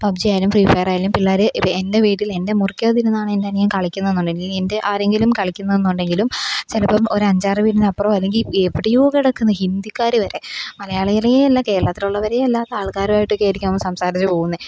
pub ജിയായാലും ഫ്രീഫയറായാലും പിള്ളേരെ എന്റെ വീട്ടില് എന്റെ മുറിക്കകത്തിരുന്നാണ് എന്റനിയന് കളിക്കുന്നതെന്നുണ്ടെങ്കില് എന്റെ ആരെങ്കിലും കളിക്കുന്നതുന്നുണ്ടെങ്കിലും ചിലപ്പം ഒരഞ്ചാറ് വീടിനപ്പുറമോ അല്ലെങ്കില് എവിടെയോ കിടക്കുന്ന ഹിന്ദിക്കാർ വരെ മലയാളികളേ അല്ല കേരളത്തിലുള്ളവരെയല്ലാത്ത ആള്ക്കാരും ആയിട്ടൊക്കെ ആയിരിക്കും അവന് സംസാരിച്ചു പോകുന്നത്